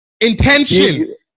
intention